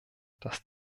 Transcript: das